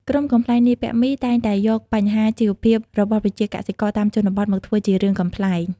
ក្រុមកំប្លែងនាយពាក់មី តែងតែយកបញ្ហាជីវភាពរបស់ប្រជាកសិករតាមជនបទមកធ្វើជារឿងកំប្លែង។